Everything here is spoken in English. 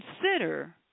consider